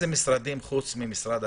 חוץ ממשרד הבריאות,